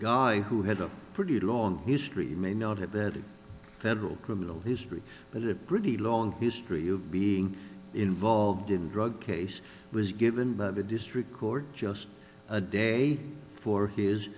guy who had a pretty long history may not have that federal criminal history but a really long history of being involved in drug case was given the district court just a day for his